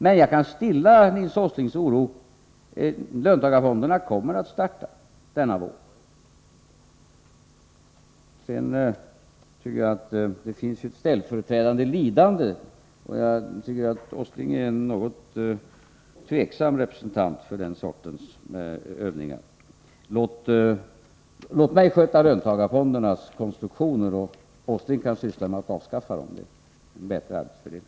Men jag kan stilla Nils Åslings oro —löntagarfonder na kommer att starta denna vår. Det finns ett ställföreträdande lidande, och jag tycker att Nils Åsling är något tvivelaktig som representant för den sortens övningar. Låt mig sköta löntagarfondernas konstruktion, så kan Nils Åsling syssla med att avskaffa löntagarfonderna — det är en bättre arbetsfördelning.